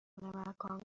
مکان